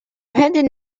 heading